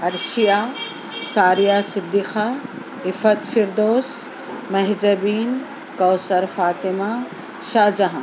عرشیہ ساریہ صدیقہ عفت فردوس مہ جبین کوثر فاطمہ شاہ جہاں